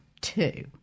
two